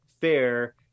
fair